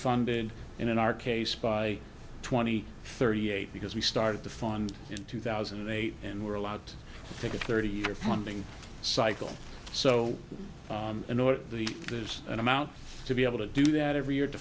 funded in our case by twenty thirty eight because we started the fund in two thousand and eight and were allowed to take a thirty year funding cycle so in order to there's an amount to be able to do that every year to